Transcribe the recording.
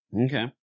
Okay